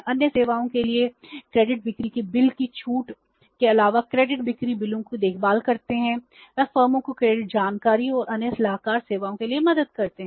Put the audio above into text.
अन्य सेवाओं के लिए वे क्रेडिट बिक्री के बिल की छूट के अलावा क्रेडिट बिक्री बिलों की देखभाल करते हैं वे फर्मों को क्रेडिट जानकारी और अन्य सलाहकार सेवाओं के लिए मदद करते हैं